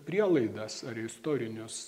prielaidas ar istorinius